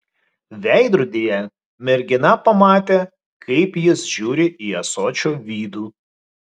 veidrodyje mergina pamatė kaip jis žiūri į ąsočio vidų